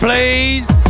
Please